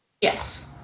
Yes